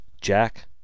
Jack